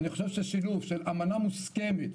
אני חושב ששילוב של אמנה מוסכמת,